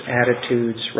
attitudes